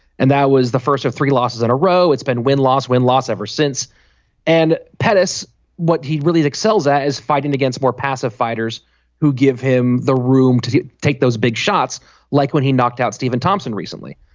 and that was the first of three losses in a row it's been win loss win loss ever since and pedis what he really excels at is fighting against more passive fighters who give him the room to take those big shots like when he knocked out stephen thompson recently.